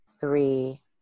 three